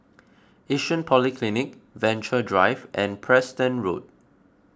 Yishun Polyclinic Venture Drive and Preston Road